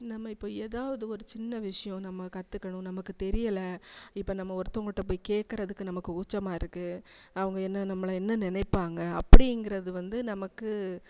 நம்ம இப்போ எதாவது ஒரு சின்ன விஷயம் நம்ம கற்றுக்கணும் நமக்கு தெரியல இப்போ நம்ம ஒருத்தவங்கிட்ட போய் கேட்கறதுக்கு நமக்கு கூச்சமாக இருக்குது அவங்க என்ன நம்மளை என்ன நினைப்பாங்க அப்படிங்கிறது வந்து நமக்கு